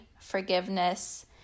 forgiveness